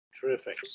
Terrific